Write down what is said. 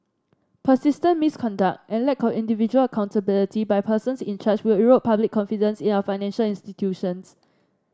persistent misconduct and a lack of individual accountability by persons in charge will erode public confidence in our financial institutions